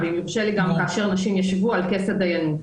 ואם יורשה לי, גן כאשר נשים ישבו על כס הדיינות.